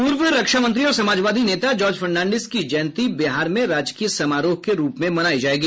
पूर्व रक्षा मंत्री और समाजवादी नेता जॉर्ज फर्नाडींस की जयंती बिहार में राजकीय समारोह के रूप में मनायी जायेगी